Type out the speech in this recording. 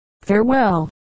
Farewell